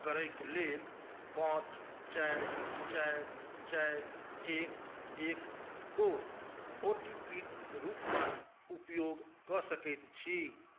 करैके लेल पांँच चारि चारि चारि एक एक को ओ टी पी कऽ रूपमे उपयोग कऽ सकैत छी